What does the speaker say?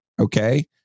okay